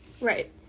Right